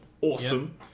Awesome